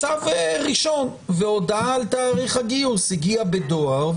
צו ראשון והודעה על תאריך הגיוס הגיעה בדואר,